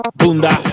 bunda